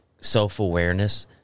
self-awareness